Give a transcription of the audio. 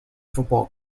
football